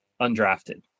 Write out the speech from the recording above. undrafted